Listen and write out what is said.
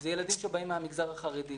זה ילדים שבאים מהמגזר החרדי,